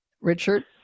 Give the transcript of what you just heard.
Richard